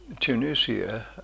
Tunisia